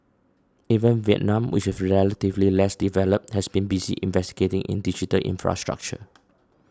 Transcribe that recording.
even Vietnam which is relatively less developed has been busy investing in digital infrastructure